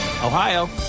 Ohio